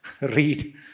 read